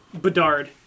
Bedard